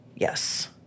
Yes